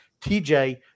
TJ